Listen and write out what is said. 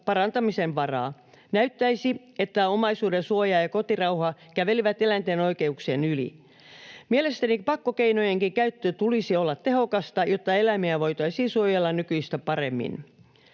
parantamisen varaa. Näyttäisi, että omaisuudensuoja ja kotirauha kävelivät eläinten oikeuksien yli. Mielestäni pakkokeinojenkin käytön tulisi olla tehokasta, jotta eläimiä voitaisiin suojella nykyistä paremmin.